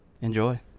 enjoy